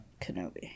kenobi